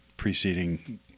preceding